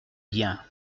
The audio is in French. bien